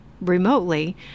remotely